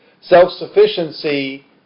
Self-sufficiency